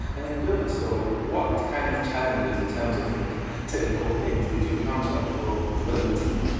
and in doing so, what kind of challenges in terms of technical things did you encounter with your development team?